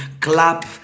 clap